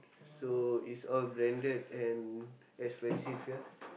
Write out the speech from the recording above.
so is all branded and expensive ya